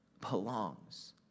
belongs